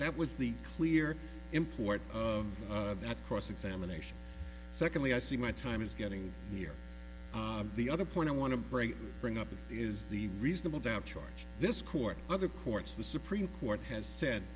that was the clear import of that cross examination secondly i see my time is getting near the other point i want to bring bring up it is the reasonable doubt charge this court other courts the supreme court has said